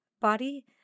body